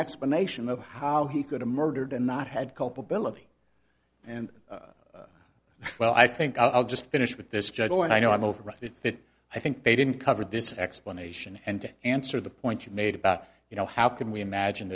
explanation of how he could have murdered and not had culpability and well i think i'll just finish with this joe and i know i'm over its bit i think they didn't cover this explanation and to answer the point you made about you know how can we imagine